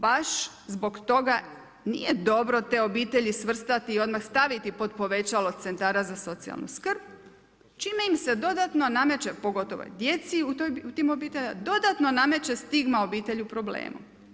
Baš zbog toga nije dobro te obitelji svrstati i odmah staviti pod povećalo centara za socijalnu skrb, čime im se dodatno nameće, pogotovo djeci u tim obiteljima, dodatno nameće stigma obitelji u problemu.